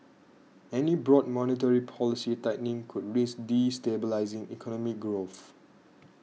any broad monetary policy tightening could risk destabilising economic growth